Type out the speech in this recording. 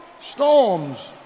Storms